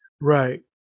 right